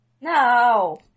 No